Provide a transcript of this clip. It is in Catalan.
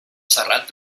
serrat